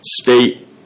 state